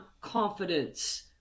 confidence